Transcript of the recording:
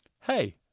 Hey